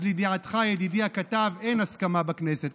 אז לידיעתך, ידידי הכתב, אין הסכמה בכנסת.